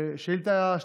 שאילתה רגילה מס'